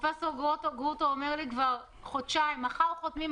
פרופ' גרוטו אומר לי כבר חודשיים: מחר חותמים,